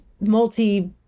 multi-